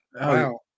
Wow